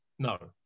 no